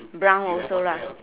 brown also ah